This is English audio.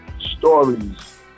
stories